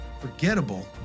forgettable